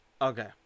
Okay